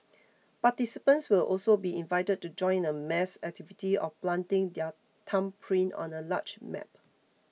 participants will also be invited to join in a mass activity of planting their thumbprint on a large map